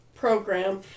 program